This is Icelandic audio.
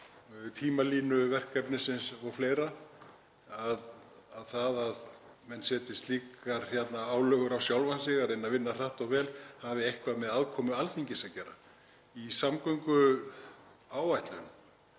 tímalínu verkefnisins og fleira, og það að menn setji slíkar álögur á sjálfa sig að reyna að vinna hratt og vel, hafi eitthvað með aðkomu Alþingis að gera. Í samgönguáætlun